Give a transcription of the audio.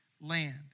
land